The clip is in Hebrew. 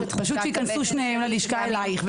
פשוט ייכנסו שניהם אליך ללשכה.